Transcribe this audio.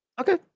okay